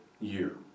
year